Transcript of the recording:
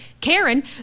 Karen